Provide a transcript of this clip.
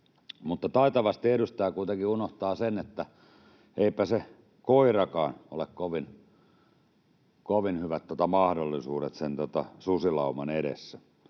Mutta taitavasti edustaja kuitenkin unohtaa sen, että eipä sillä koirallakaan ole kovin hyvät mahdollisuudet sen susilauman edessä,